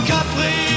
Capri